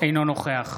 אינו נוכח